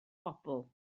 bobl